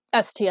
STS